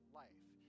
life